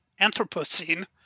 Anthropocene